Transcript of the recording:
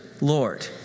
Lord